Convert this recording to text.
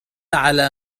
على